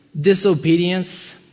disobedience